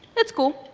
it's cool.